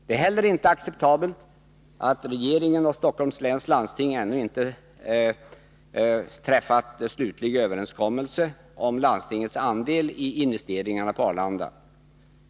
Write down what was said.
Det är inte heller acceptabelt att regeringen och Stockholms läns landsting ännu inte har träffat slutlig överenskommelse om landstingets andel i investeringarna på Arlanda.